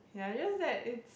yeah just that it's